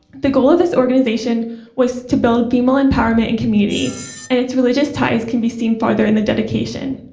the goal of this organization was to build female empowerment and community and its religious ties can be seen farther in the dedication.